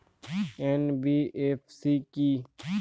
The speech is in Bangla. এন.বি.এফ.সি কী?